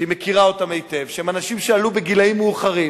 שמכירה אותם היטב, שהם אנשים שעלו בגיל מאוחר.